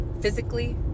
physically